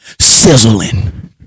sizzling